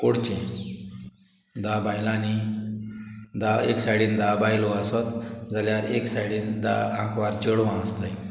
ओडचें धा बायलांनी धा एक सायडीन धा बायलो आसोत जाल्यार एक सायडीन धा आंकवार चेडवां आसताय